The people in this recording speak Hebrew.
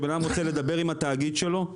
כשבן אדם רוצה לדבר עם התאגיד שלו,